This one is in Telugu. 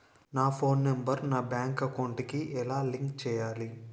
నా ఫోన్ నంబర్ నా బ్యాంక్ అకౌంట్ కి ఎలా లింక్ చేయాలి?